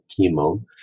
chemo